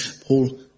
Paul